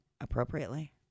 appropriately